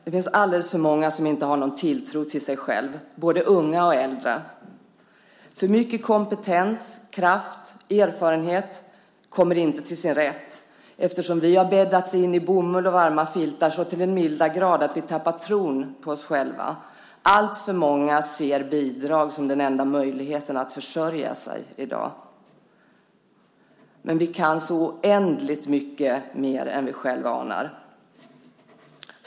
Det finns alldeles för många som inte har någon tilltro till sig själva - både unga och äldre. För mycket kompetens, kraft och erfarenhet kommer inte till sin rätt eftersom vi har bäddats in i bomull och varma filtar så till den milda grad att vi tappat tron på oss själva. Alltför många ser bidrag som den enda möjligheten att försörja sig i dag. Men vi kan så oändligt mycket mer än vi själva anar.